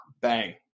bang